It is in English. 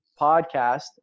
podcast